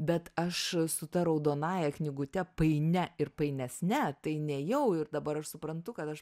bet aš su ta raudonąja knygute painia ir painesne tai neėjau ir dabar suprantu kad aš